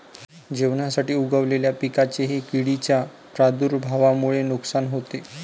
जेवणासाठी उगवलेल्या पिकांचेही किडींच्या प्रादुर्भावामुळे नुकसान होते